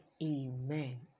amen